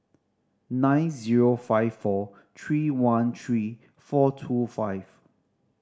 nine zero five four three one three four two five